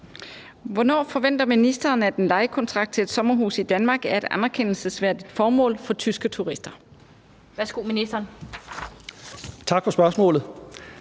Hvornår forventer ministeren at en lejekontrakt til et sommerhus i Danmark er et anerkendelsesværdigt formål for tyske turister? Kl. 15:29 Den fg. formand